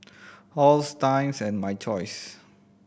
Halls Times and My Choice